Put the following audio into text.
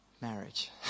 marriage